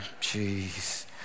jeez